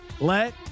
Let